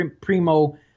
Primo